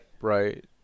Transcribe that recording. Right